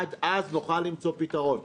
עד אז נוכל למצוא פתרון.